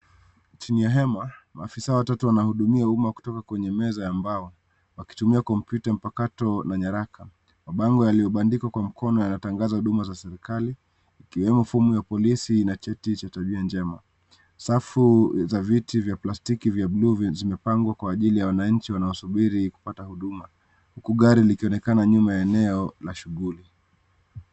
Chini ya hema maafisa watatu wanahudumia uma kutoka kwenye meza ya mbao wakitumia kompyuta mpakato na nyaraka. Mabango yaliobandikwa kwa mkono yatangaza huduma za serekali ikiwemo fomu ya polisi na cheti cha tabia njema . Safu za viti vya plastiki vya bluu vimepangwa kwa ajili ya wananchi wanaosubiri kupata huduma, huku gari likionekana nyuma la eneo la shughuli.